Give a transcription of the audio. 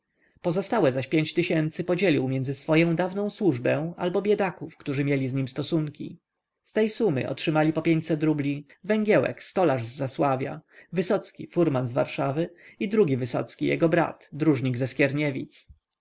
pozostałe zaś rs podzielił między swoję dawną służbę albo biedaków którzy mieli z nim stosunki z tej sumy otrzymali po rubli węgiełek stolarz z zasławia wysocki furman z warszawy i drugi wysocki jego brat dróżnik ze skierniewic